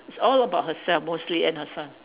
it's all about herself mostly and her son